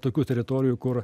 tokių teritorijų kur